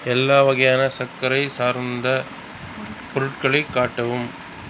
எல்லா வகையான சர்க்கரைச் சார்ந்த பொருட்களைக் காட்டவும்